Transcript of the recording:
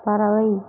பறவை